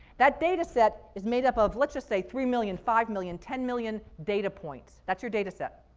that data set is made up of, let's just say three million, five million, ten million data points. that's your data set.